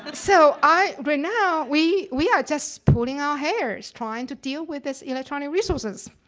and so i, right now, we we are just pulling our hair trying to deal with this electronic resources.